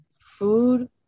food